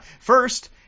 First